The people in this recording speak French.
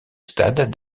stade